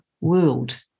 world